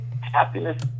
Happiness